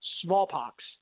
smallpox